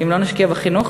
אם לא נשקיע בחינוך,